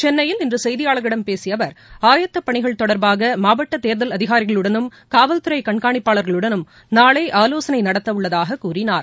சென்னையில் இன்று செய்தியாளர்களிடம் பேசிய அவர் ஆயத்தப்பணிகள் தொடர்பாக மாவட்ட தேர்தல் அதிகாரிகளுடனும் காவல்துறை கண்காணிப்பாளர்களுடனும் நாளை ஆவோசனை நடத்தவுள்ளதாக கூறினார்